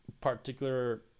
particular